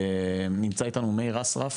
נמצא אתנו מאיר אסרף,